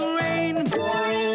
rainbow